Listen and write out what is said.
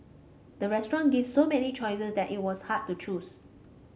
the restaurant gave so many choices that it was hard to choose